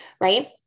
right